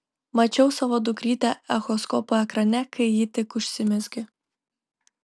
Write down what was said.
mačiau savo dukrytę echoskopo ekrane kai ji tik užsimezgė